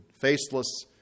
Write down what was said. faceless